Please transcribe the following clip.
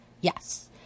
Yes